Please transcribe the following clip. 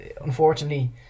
unfortunately